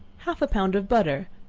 half a pound of butter,